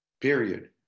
period